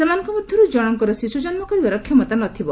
ସେମାନଙ୍କ ମଧ୍ୟରୁ ଜଣଙ୍କର ଶିଶୁ ଜନ୍ମ କରିବାର କ୍ଷମତା ନଥିବ